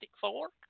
fork